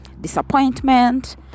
disappointment